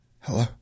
Hello